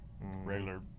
regular